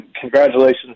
congratulations